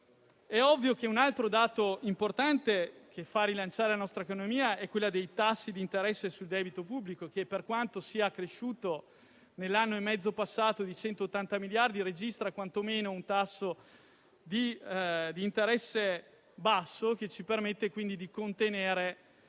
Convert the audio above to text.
a debito. Un altro dato importante che fa rilanciare la nostra economia è senza dubbio quello dei tassi di interesse sul debito pubblico che, per quanto cresciuto nell'anno e mezzo passato di 180 miliardi, registra quantomeno un tasso di interesse basso, che ci permette quindi di contenere